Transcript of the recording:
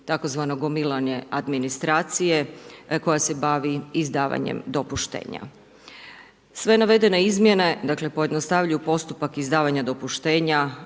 tzv. gomilanje administracije, koja se bavi izdavanjem dopuštenja. Sve navedene izmjene, dakle, pojednostavljuju postupak izdavanje dopuštenja,